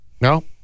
No